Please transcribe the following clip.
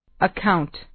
Account